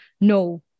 No